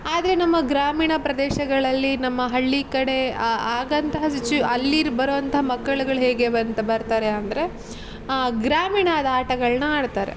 ಆದರೆ ನಮ್ಮ ಗ್ರಾಮೀಣ ಪ್ರದೇಶಗಳಲ್ಲಿ ನಮ್ಮ ಹಳ್ಳಿ ಕಡೆ ಆಗಂತಹ ಸಿಚು ಅಲ್ಲಿರೋ ಬರೋ ಅಂಥ ಮಕ್ಕಳುಗಳು ಹೇಗೆ ಬಂತ ಬರ್ತಾರೆ ಅಂದರೆ ಆ ಗ್ರಾಮೀಣ ಆದ ಆಟಗಳನ್ನ ಆಡ್ತಾರೆ